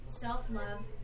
self-love